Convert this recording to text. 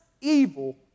evil